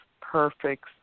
perfect